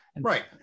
Right